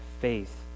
faith